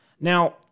Now